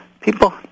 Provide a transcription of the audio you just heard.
people